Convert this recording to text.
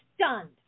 stunned